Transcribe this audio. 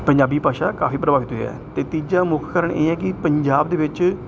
ਪੰਜਾਬੀ ਭਾਸ਼ਾ ਕਾਫੀ ਪ੍ਰਭਾਵਿਤ ਹੋਈ ਹੈ ਅਤੇ ਤੀਜਾ ਮੁੱਖ ਕਾਰਨ ਇਹ ਹੈ ਕਿ ਪੰਜਾਬ ਦੇ ਵਿੱਚ